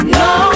no